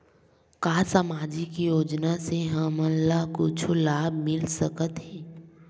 का सामाजिक योजना से हमन ला कुछु लाभ मिल सकत हे?